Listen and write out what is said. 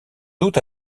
doute